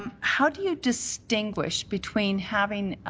how do you distinguish between having